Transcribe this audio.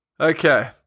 okay